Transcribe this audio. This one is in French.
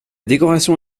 décoration